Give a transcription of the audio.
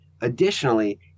Additionally